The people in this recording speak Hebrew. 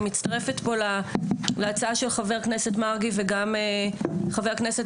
אני מצטרפת להצעה של חבר הכנסת מרגי וחבר הכנסת